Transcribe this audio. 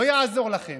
לא יעזור לכם.